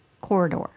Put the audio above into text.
corridor